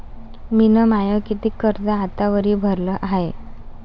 मिन माय कितीक कर्ज आतावरी भरलं हाय?